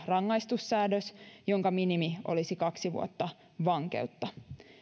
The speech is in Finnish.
rangaistussäädös jonka minimi olisi kaksi vuotta vankeutta